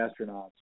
astronauts